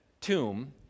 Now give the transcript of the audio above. tomb